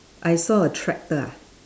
I saw a tractor ah